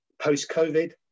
post-COVID